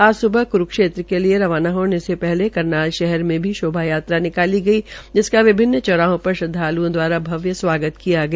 आज सुबह कुरूक्षेत्र के लिए रवाना होने से पहले करनान शहर में शोभा यात्रा निकाली गई जिसका विभिनन चौराहों पर श्रद्वालुओं द्वारा भव्य स्वागत किया गया